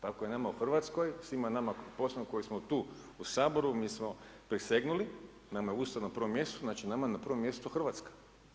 Tako je nama u Hrvatskoj, svima nama, posebno koji smo tu, u Saboru, mi smo prisegnuli, nama je Ustav na prvom mjestu, znači nama je na prvom mjestu Hrvatska.